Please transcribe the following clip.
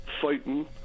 fighting